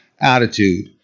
attitude